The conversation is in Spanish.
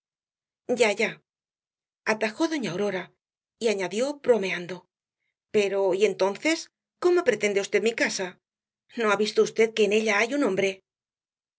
ya ya atajó doña aurora y añadió bromeando pero y entonces cómo pretende v mi casa no ha visto v que en ella hay un hombre